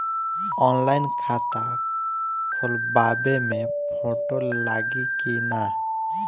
Online खाता खोलबाबे मे फोटो लागि कि ना?